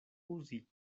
uzi